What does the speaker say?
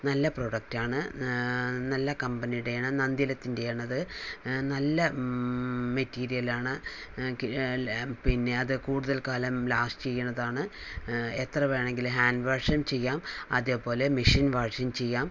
നല്ല പ്രൊഡക്റ്റാണ് നല്ല കമ്പനിയുടെയാണ് നന്തിലത്തിൻ്റെ ആണത് നല്ല മെറ്റീരിയലാണ് പിന്നെ അത് കൂടുതൽ കാലം ലാസ്റ്റ് ചെയ്യണതാണ് എത്ര വേണങ്കിലും ഹാൻഡ് വാഷും ചെയ്യാം അതുപോലെ മെഷീൻ വാഷും ചെയ്യാം